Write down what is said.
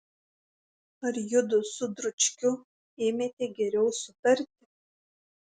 ar judu su dručkiu ėmėte geriau sutarti